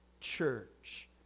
church